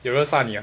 有人杀你 ah